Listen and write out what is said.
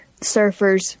surfers